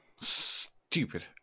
stupid